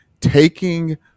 taking